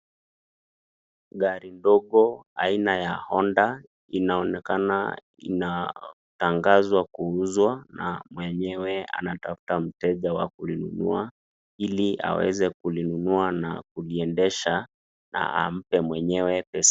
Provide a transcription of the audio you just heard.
Gari ndogo aina ya Honda inaonekana inatangazwa kuuzwa na mwenyewe anatafuta mteja wa kuinunua ili aweze kulinunua na kuliendesha na ampe mwenyewe pesa.